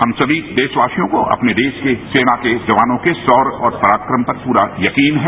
हम सभी देशवासियों को अपनी देश की सेना के जवानों के शौर्य और पराक्रम पर पूरा यकीन है